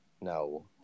No